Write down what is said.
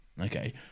Okay